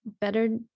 better